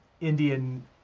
Indian